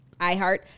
iHeart